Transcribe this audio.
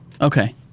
Okay